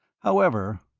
however